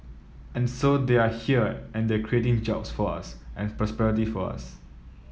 and so they are here and they are creating jobs for us and prosperity for us